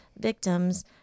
victims